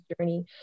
journey